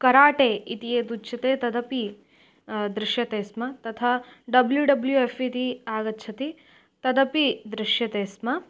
karate इति यदुच्यते तदपि दृश्यते स्म तथा डब्ल्यु डब्ल्यु एफ़् इति आगच्छति तदपि दृश्यते स्म